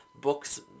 books